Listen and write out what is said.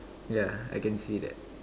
yeah I can see that